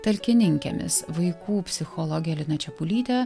talkininkėmis vaikų psichologe lina čepulyte